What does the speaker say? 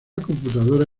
computadora